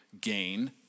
gain